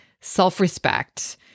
self-respect